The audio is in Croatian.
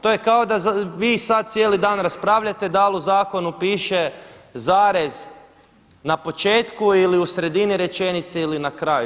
To je kao da vi sada cijeli dan raspravljate dal u zakonu piše zarez na početku ili u sredini rečenice ili na kraju.